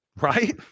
Right